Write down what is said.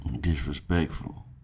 disrespectful